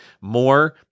more